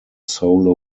solo